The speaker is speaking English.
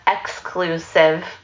exclusive